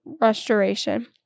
restoration